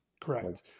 Correct